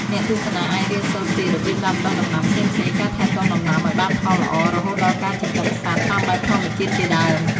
អ្នកទស្សនាអាចរៀនសូត្រពី របៀបដាំដុះដំណាំផ្សេងៗ ការថែទាំដំណាំឱ្យបានផលល្អ រហូតដល់ការចិញ្ចឹមសត្វ តាមបែបធម្មជាតិជាដើម។